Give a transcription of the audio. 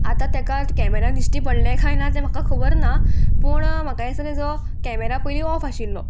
आतां तेका कॅमेरा दिश्टी पडलें कांय ना तें म्हाका खबर ना पूण म्हाका दिसता तेचो कॅमेरा पयलीं ऑफ आशिल्लो